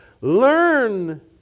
learn